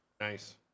Nice